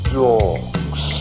dogs